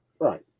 Right